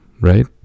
right